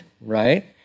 right